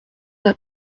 n’a